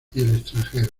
extranjero